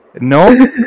No